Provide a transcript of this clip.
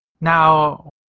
now